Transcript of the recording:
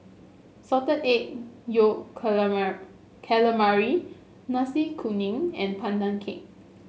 Salted Egg Yolk Calamari Nasi Kuning and Pandan Cake